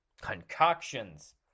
concoctions